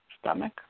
stomach